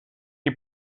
die